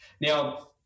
Now